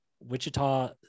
Wichita